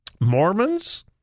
Mormons